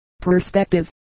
Perspective